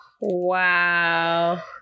Wow